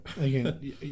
Again